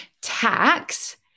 Tax